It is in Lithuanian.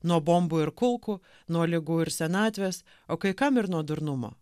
nuo bombų ir kulkų nuo ligų ir senatvės o kai kam ir nuo durnumo